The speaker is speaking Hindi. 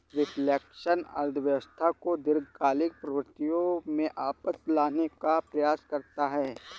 रिफ्लेक्शन अर्थव्यवस्था को दीर्घकालिक प्रवृत्ति में वापस लाने का प्रयास करता है